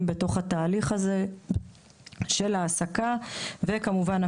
בתוך התהליך של ההעסקה; וכמובן,